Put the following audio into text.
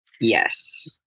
Yes